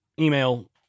email